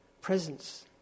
presence